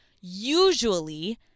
usually